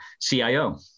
CIO